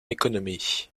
économie